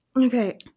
Okay